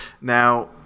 now